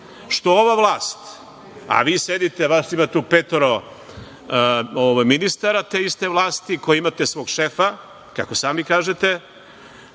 što ova vlast, a vi sedite, vas ima tu petoro ministara te iste vlasti, koji imate svog šefa, kako sami kažete,